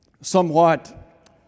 somewhat